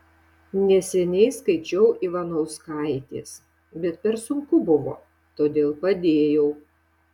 neseniai skaičiau ivanauskaitės bet per sunku buvo todėl padėjau